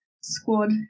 squad